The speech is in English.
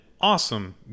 awesome